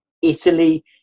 Italy